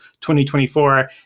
2024